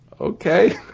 Okay